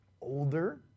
older